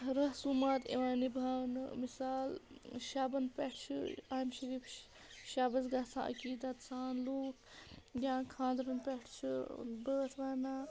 رسوٗمات یِوان نِبھاونہٕ مِثال شَبَن پٮ۪ٹھ چھِ آمہِ شریٖف شَبس گژھان عقیٖدَت سان لوٗکھ یا خانٛدرَن پٮ۪ٹھ چھِ بٲتھ وَنان